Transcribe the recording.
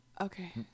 Okay